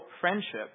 friendship